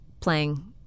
playing